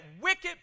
wicked